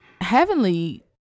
Heavenly